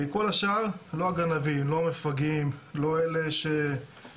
כל השאר, לא הגנבים, לא המפגעים, לא אלה שמבריחים.